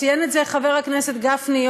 ציין את זה חבר הכנסת גפני,